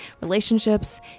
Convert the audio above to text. relationships